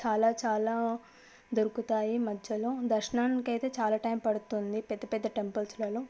చాలా చాలా దొరుకుతాయి మధ్యలో దర్శనానికైతే చాలా టైమ్ పడుతుంది పెద్ద పెద్ద టెంపుల్స్లలో